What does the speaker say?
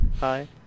Hi